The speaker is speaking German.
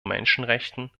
menschenrechten